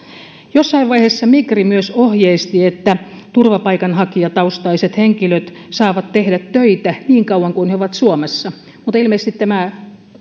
jossain vaiheessa migri myös ohjeisti että turvapaikanhakijataustaiset henkilöt saavat tehdä töitä niin kauan kuin he ovat suomessa mutta ilmeisesti tämä